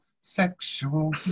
sexual